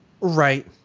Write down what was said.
Right